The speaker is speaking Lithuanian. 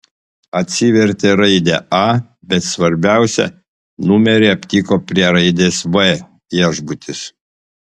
atsivertė raidę a bet svarbiausią numerį aptiko prie raidės v viešbutis